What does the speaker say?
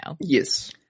Yes